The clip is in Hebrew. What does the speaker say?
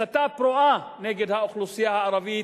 הסתה פרועה נגד האוכלוסייה הערבית,